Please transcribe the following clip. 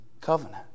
covenant